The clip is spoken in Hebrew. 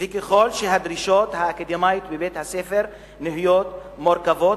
וככל שהדרישות האקדמיות בבית-הספר נהיות מורכבות